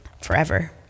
forever